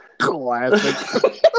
classic